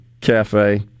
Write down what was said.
cafe